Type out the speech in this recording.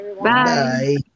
Bye